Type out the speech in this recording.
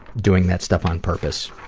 doing that stuff on purpose.